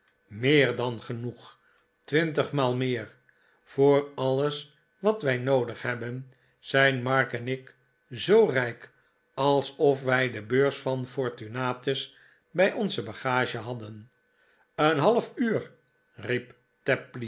meer dan genoeg twintigmaal meer voor alles wat wij noodig hebben zijn mark en ik zoo rijk alsof wij de beurs van fortunatus bij onze bagage hadden een half uur